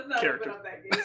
character